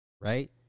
right